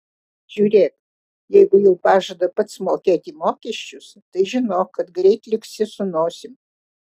žiūrėk jeigu jau pažada pats mokėti mokesčius tai žinok kad greit liksi su nosim